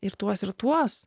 ir tuos ir tuos